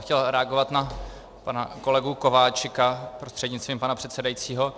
Chtěl jsem reagovat na pana kolegu Kováčika prostřednictvím pana předsedajícího.